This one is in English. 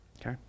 okay